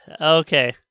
Okay